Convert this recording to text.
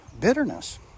bitterness